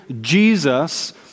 Jesus